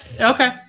Okay